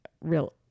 real